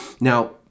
Now